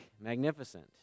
magnificent